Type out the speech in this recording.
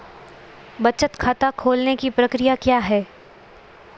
बचत खाता खोलने की प्रक्रिया क्या है?